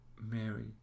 Mary